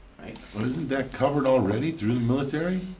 right? but isn't that covered already through military?